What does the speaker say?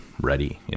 ready